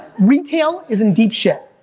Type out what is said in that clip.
retail is in deep shit,